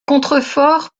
contrefort